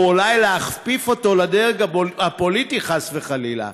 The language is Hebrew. או אולי להכפיף אותו לדרג הפוליטי, חס וחלילה.